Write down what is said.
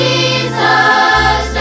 Jesus